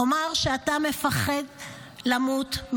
-- אומר שאתה מפחד למות,